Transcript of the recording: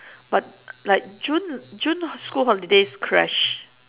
but like june june school holidays crash